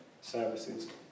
services